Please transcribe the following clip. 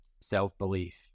self-belief